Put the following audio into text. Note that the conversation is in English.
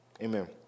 Amen